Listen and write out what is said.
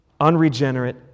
unregenerate